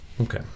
Okay